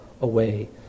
away